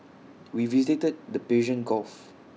we visited the Persian gulf